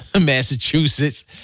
Massachusetts